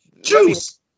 Juice